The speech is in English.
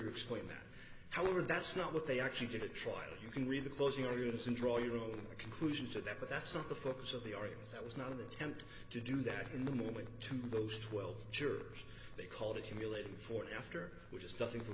explain that however that's not what they actually did a trial you can read the closing orders and draw your own conclusion to that but that's not the focus of the argument that was not an attempt to do that in the moment to those twelve jurors they called accumulating forty after which is nothing